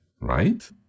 right